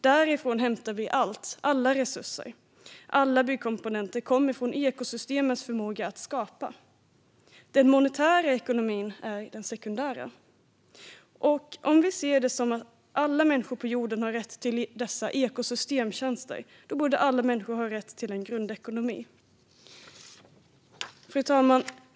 Därifrån hämtar vi allt. Alla resurser och byggkomponenter kommer från ekosystemens förmåga att skapa. Den monetära ekonomin är den sekundära. Om vi ser det som att alla människor på jorden har rätt till dessa ekosystemtjänster borde alla människor ha rätt till en grundekonomi. Fru talman!